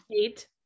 eight